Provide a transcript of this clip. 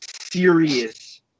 serious